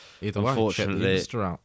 unfortunately